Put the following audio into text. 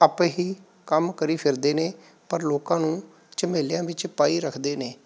ਆਪੇ ਹੀ ਕੰਮ ਕਰੀ ਫਿਰਦੇ ਨੇ ਪਰ ਲੋਕਾਂ ਨੂੰ ਝਮੇਲਿਆਂ ਵਿੱਚ ਪਾਈ ਰੱਖਦੇ ਨੇ